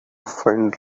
find